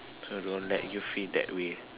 so they won't let you feel that way